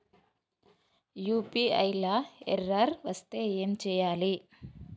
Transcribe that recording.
UPI లా error వస్తే ఏం చేయాలి?